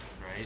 Right